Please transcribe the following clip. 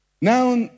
Now